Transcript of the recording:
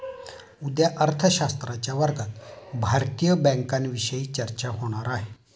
उद्या अर्थशास्त्राच्या वर्गात भारतीय बँकांविषयी चर्चा होणार आहे